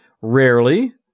Rarely